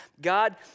God